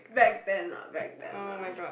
back then lah back then lah